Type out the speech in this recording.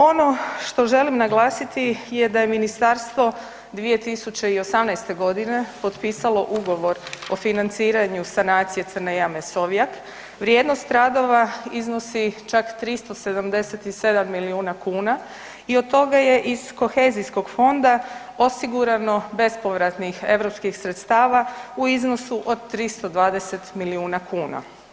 Ono što želim naglasiti je da je ministarstvo 2018. g. potpisalo Ugovor o financiranju sanacije crne jame Sovjak, vrijednost radova iznosi čak 377 milijuna kuna i od toga je iz Kohezijskog fonda osigurano bespovratnih europskih sredstava u iznosu od 320 milijuna kuna.